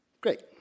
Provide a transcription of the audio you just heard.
great